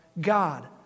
God